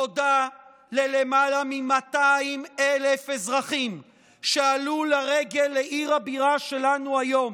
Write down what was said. תודה ללמעלה מ-200,000 אזרחים שעלו לרגל לעיר הבירה שלנו היום